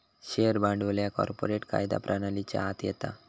share भांडवल ह्या corporate कायदा प्रणालीच्या आत येता